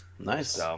nice